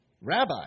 Rabbi